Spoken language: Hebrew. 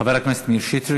חבר הכנסת מאיר שטרית,